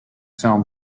film